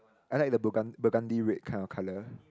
I like the burgundy red kind of colour